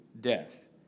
death